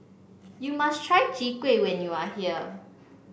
you must try Chwee Kueh when you are here